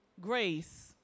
Grace